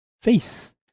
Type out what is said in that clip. faith